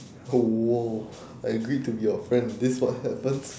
!whoa! I agreed to be your friend this what happens